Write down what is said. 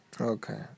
Okay